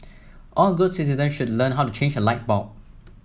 all good citizens should learn how to change a light bulb